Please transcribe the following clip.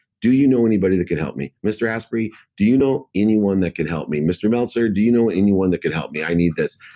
do you know anybody that could help me? mr. asprey, do you know anyone that could help me? mr. meltzer, do you know anyone that could help me? i need this.